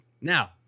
Now